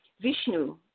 Vishnu